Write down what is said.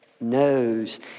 knows